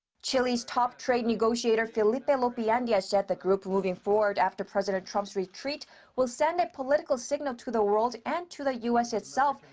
chile's top trade negotiator, felipe and lopeandia, said the group moving forward after president trump's retreat will send a political signal to the world and to the u s. itself,